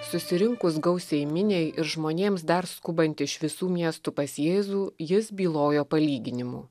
susirinkus gausiai miniai ir žmonėms dar skubant iš visų miestų pas jėzų jis bylojo palyginimų